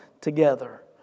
together